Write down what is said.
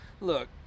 Look